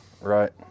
Right